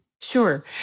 Sure